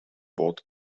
bought